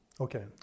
Okay